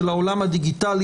של העולם הדיגיטלי,